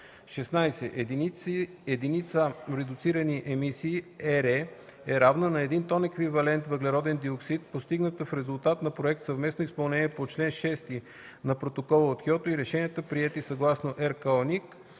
16. „Единица редуцирани емисии (ЕРЕ)” е равна на един тон еквивалент въглероден диоксид, постигната в резултат на проект „Съвместно изпълнение” по чл. 6 на Протокола от Киото, и решенията, приети съгласно РКОНИК